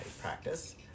practice